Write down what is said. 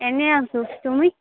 এনে আছোঁ তুমি